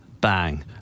Bang